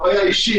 חוויה אישית.